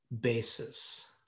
basis